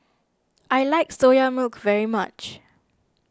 I like Soya Milk very much